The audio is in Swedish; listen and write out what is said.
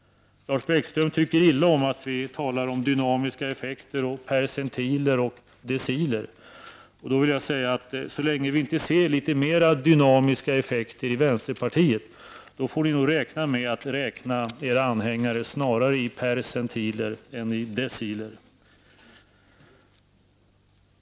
Lars Bäckström tycker illa om att vi talar om dynamiska effekter, percentiler och deciler. Men så länge vi inte ser litet mer dynamiska effekter i vänsterpartiet får ni vara inställda på att räkna era anhängare snarare i percentiler än i deciler.